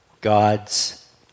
God's